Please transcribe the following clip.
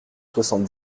soixante